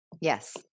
yes